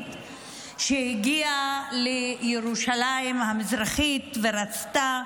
הערבית הגיעה לירושלים המזרחית ורצתה